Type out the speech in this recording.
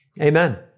Amen